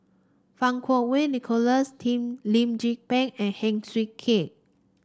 Fang Kuo Wei Nicholas team Lim Tze Peng and Heng Swee Keat